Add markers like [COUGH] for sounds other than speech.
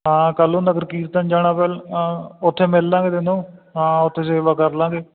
ਹਾਂ ਕੱਲ੍ਹ ਨੂੰ ਨਗਰ ਕੀਰਤਨ ਜਾਣਾ [UNINTELLIGIBLE] ਉੱਥੇ ਮਿਲ ਲਾਂਗੇ ਤੈਨੂੰ ਹਾਂ ਉੱਥੇ ਸੇਵਾ ਕਰ ਲਾਂਗੇ